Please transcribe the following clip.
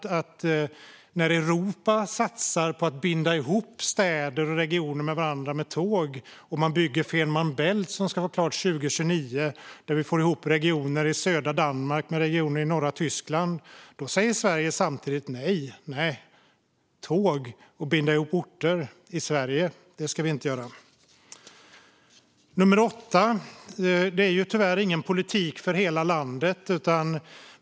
När Europa satsar på att binda ihop städer och regioner med varandra med tåg och när man bygger Fehmarn Bält-förbindelsen, som ska vara klar 2029 och där vi får ihop regioner i södra Danmark med regioner i norra Tyskland, säger Sverige samtidigt nej. Nej, binda ihop orter i Sverige med tåg ska vi inte göra. Det åttonde är att detta tyvärr inte är någon politik för hela landet.